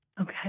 Okay